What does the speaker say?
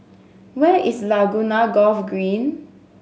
where is Laguna Golf Green